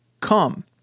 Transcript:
come